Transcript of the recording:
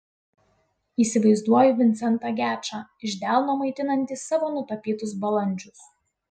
įsivaizduoju vincentą gečą iš delno maitinantį savo nutapytus balandžius